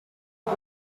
had